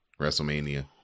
WrestleMania